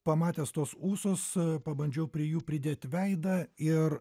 pamatęs tuos ūsus pabandžiau prie jų pridėti veidą ir